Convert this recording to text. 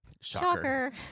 Shocker